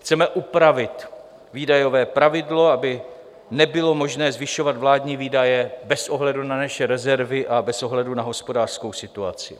Chceme upravit výdajové pravidlo, aby nebylo možné zvyšovat vládní výdaje bez ohledu na naše rezervy a bez ohledu na hospodářskou situaci.